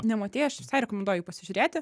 nematei aš visai rekomenduoju jį pasižiūrėti